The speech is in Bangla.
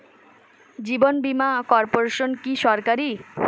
জীবন বীমা কর্পোরেশন কি সরকারি?